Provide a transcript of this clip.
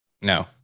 No